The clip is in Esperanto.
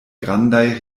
grandaj